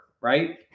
right